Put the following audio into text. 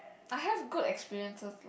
I have good experiences